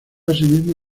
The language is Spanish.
asimismo